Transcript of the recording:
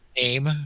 name